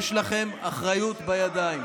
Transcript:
יש לכם אחריות בידיים.